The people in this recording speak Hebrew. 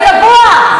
יא צבוע.